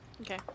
Okay